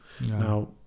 Now